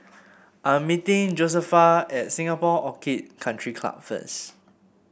I am meeting Josefa at Singapore Orchid Country Club first